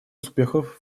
успехов